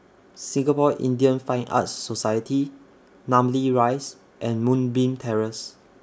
Singapore Indian Fine Arts Society Namly Rise and Moonbeam Terrace